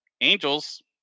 Angels